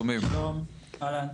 שלום, אהלן.